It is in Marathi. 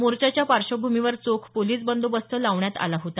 मोर्चाच्या पार्श्वभूमीवर चोख पोलिस बंदोबस्त लावण्यात आला होता